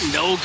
no